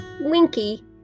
Winky